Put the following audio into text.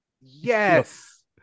Yes